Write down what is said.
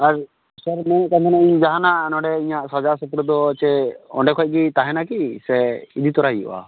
ᱟᱨ ᱥᱟᱨ ᱢᱮᱱᱮᱫ ᱠᱟᱱ ᱛᱟᱦᱮᱱᱟᱹᱧ ᱡᱟᱦᱟᱱᱟᱜ ᱱᱚᱰᱮ ᱤᱧᱟᱹᱜ ᱥᱟᱡᱟᱣ ᱠᱷᱮᱛᱚᱨ ᱫᱚ ᱪᱮᱫ ᱚᱸᱰᱮ ᱠᱷᱚᱡ ᱜᱮ ᱛᱟᱦᱮᱱᱟ ᱠᱤ ᱥᱮ ᱤᱫᱤ ᱛᱚᱨᱟᱭ ᱦᱩᱭᱩᱜᱼᱟ